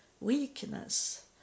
weakness